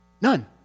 None